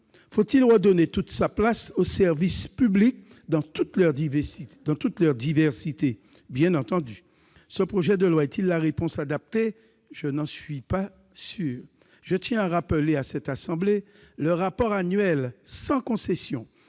Faut-il redonner toute leur place aux services publics dans toute leur diversité ? Bien entendu ! Ce projet de loi est-il la réponse adaptée ? Je n'en suis pas sûr ! Je tiens à rappeler à cette assemblée le rapport annuel sans concession